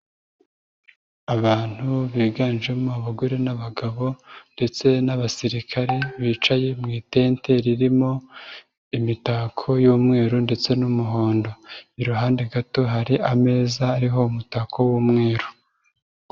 Abantu biganjemo abagore n'abagabo ndetse n'abasirikare bicaye mu itente ririmo imitako y'umweru ndetse n'umuhondo, iruhande gato hari ameza uriho umutako w'umweru.